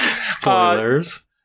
spoilers